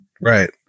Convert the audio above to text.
Right